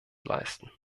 leisten